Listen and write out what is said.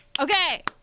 okay